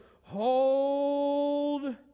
Hold